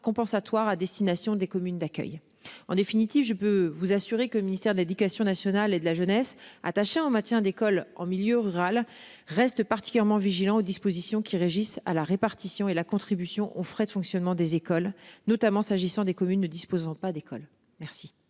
compensatoires à destination des communes d'accueil en définitive je peux vous assurer que le ministère de l'Éducation nationale et de la jeunesse attaché en matière d'école en milieu rural reste particulièrement vigilants aux dispositions qui régissent à la répartition et la contribution aux frais de fonctionnement des écoles notamment s'agissant des communes ne disposant pas d'école. Merci.